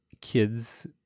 kids